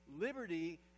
liberty